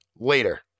Later